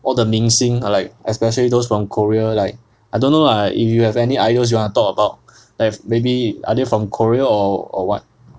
all the 明星 like especially those from korea like I don't know lah if you have any idols you want to talk about like maybe are they from korea or or what